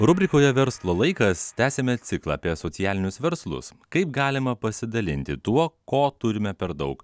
rubrikoje verslo laikas tęsiame ciklą apie socialinius verslus kaip galima pasidalinti tuo ko turime per daug